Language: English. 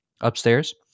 upstairs